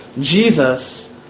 Jesus